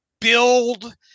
build